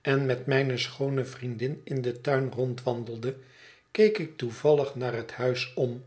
en met mijne schoone vriendin in den tuin rondwandelde keek ik toevallig naar het huis om